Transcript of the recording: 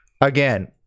again